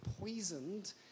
poisoned